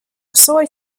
sorry